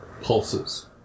pulses